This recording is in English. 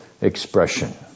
expression